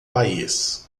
país